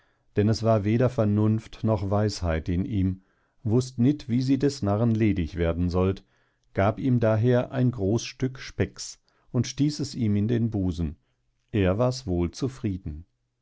denn es war weder vernunft noch weisheit in ihm wußt nit wie sie des narren ledig werden sollt gab ihm daher ein groß stück specks und stieß es ihm in den busen er wars wohl zufrieden